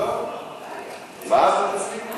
מה זה קשור?